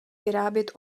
vyrábět